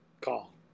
call